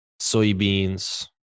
soybeans